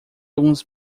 alguns